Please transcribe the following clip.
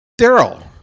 Daryl